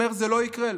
אומר: זה לא יקרה,